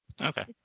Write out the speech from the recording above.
Okay